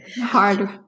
Hard